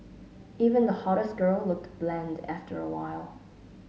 even the hottest girl looked bland after awhile